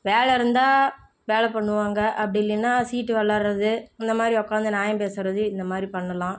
வேலை இருந்தால் வேலை பண்ணுவாங்க அப்படி இல்லைன்னால் சீட்டு விளயாட்றது இந்த மாதிரி உக்காந்து நியாயம் பேசறது இந்த மாதிரி பண்ணலாம்